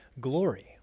glory